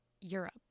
Europe